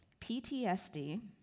PTSD